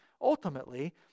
ultimately